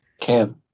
Cam